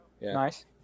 Nice